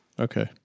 Okay